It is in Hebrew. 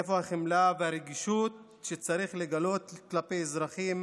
איפה החמלה והרגישות שצריך לגלות כלפי האזרחים